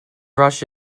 rush